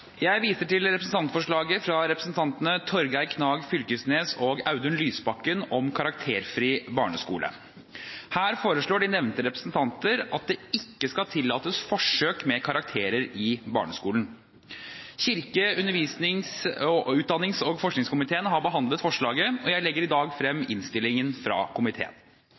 Her foreslår de nevnte representanter at det ikke skal tillates forsøk med karakterer i barneskolen. Kirke-, utdannings- og forskningskomiteen har behandlet forslaget, og jeg legger i dag frem innstillingen fra komiteen.